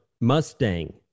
Mustang